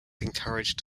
encouraged